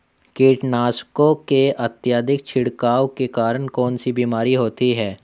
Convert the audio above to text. कीटनाशकों के अत्यधिक छिड़काव के कारण कौन सी बीमारी होती है?